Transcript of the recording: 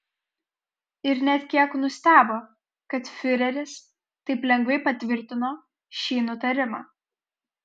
ir net kiek nustebo kad fiureris taip lengvai patvirtino šį nutarimą